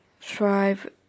thrive